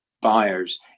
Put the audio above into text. buyers